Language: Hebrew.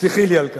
סלחי לי על כך.